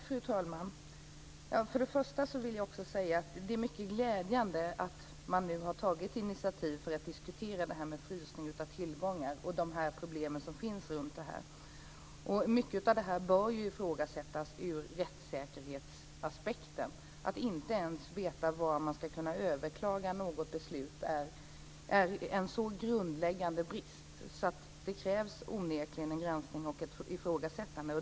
Fru talman! Det är mycket glädjande att man nu har tagit initiativ för att diskutera frågan om frysning av tillgångar och de problem som finns runt det. Mycket av det här bör ifrågasättas ur rättssäkerhetsaspekten - att inte ens veta var man ska kunna överklaga något beslut är en så grundläggande brist att det onekligen krävs en granskning och ett ifrågasättande.